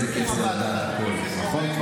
איזה כיף זה לדעת הכול, נכון?